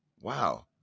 Wow